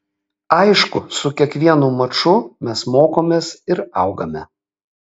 aišku su kiekvienu maču mes mokomės ir augame